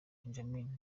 benjamin